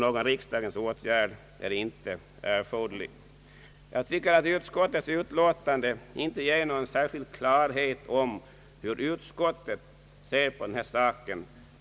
Någon riksdagens åtgärd är inte erforderlig.» Jag tycker att utskottets utlåtande inte ger någon särskilt klar bild av hur utskottet ser på denna fråga.